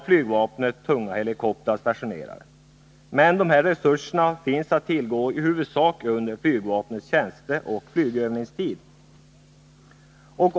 Flygvapnet har där tunga helikoptrar stationerade. Men dessa resurser finns att tillgå i huvudsak endast under flygvapnets tjänsteoch flygövningstid.